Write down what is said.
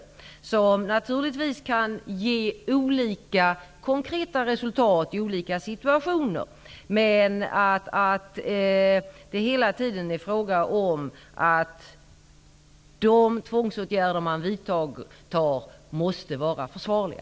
Principerna kan naturligtvis ge olika, konkreta resultat i olika situationer. Det är dock hela tiden fråga om att de tvångsåtgärder man vidtar måste vara försvarliga.